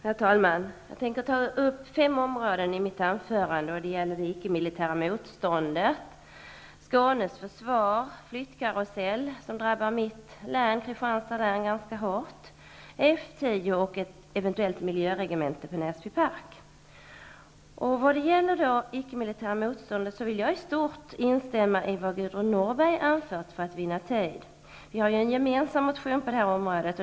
Herr talman! Jag tänker ta upp fem områden i mitt anförande. Det gäller det icke-militära motståndet, Skånes försvar, den flyttkarusell som drabbar mitt hemlän, Kristianstads län, ganska hårt, F 10 och ett eventuellt miljöregemente i Näsby. När det gäller det icke-militära motståndet vill jag i stort instämma i vad Gudrun Norberg anfört för att vinna tid. Vi har ju en gemensam motion på detta område.